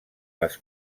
les